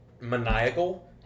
maniacal